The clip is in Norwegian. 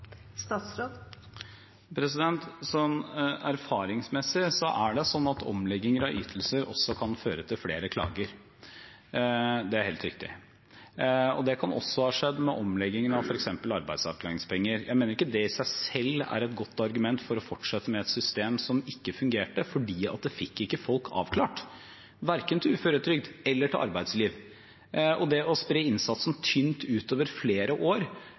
Erfaringsmessig kan omlegging av ytelser føre til flere klager. Det er helt riktig. Det kan også ha skjedd ved omleggingen av f.eks. arbeidsavklaringspenger, men jeg mener ikke at det i seg selv er et godt argument for å fortsette med et system som ikke fungerte fordi det ikke fikk folk avklart verken til uføretrygd eller til arbeidsliv. Det er mulig det kan se «snilt» ut å spre innsatsen tynt ut over flere år,